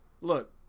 Look